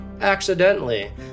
accidentally